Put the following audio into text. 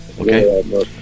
Okay